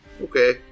okay